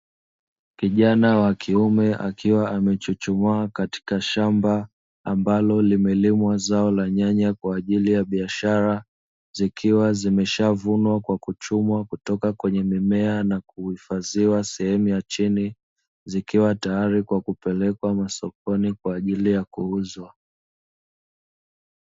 Kijana wa kiume akiwa amechuchumaa katika shamba, ambalo limelimwa zao la nyanya kwa ajili ya biashara, zikiwa zimeshavunwa kwa kuchumwa kutoka kwenye mimea na kuhifadhiwa sehemu ya chini zikiwa tayari kwa kupelekwa masokoni kwa ajili ya kuuzwa.